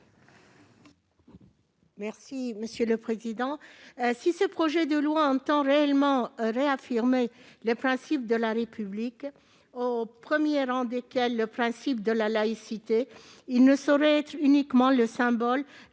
Mme Esther Benbassa. Si ce projet de loi entend réellement réaffirmer les principes de la République, au premier rang desquels le principe de laïcité, il ne saurait être uniquement le symbole